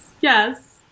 Yes